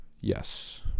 Yes